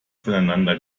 voneinander